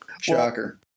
Shocker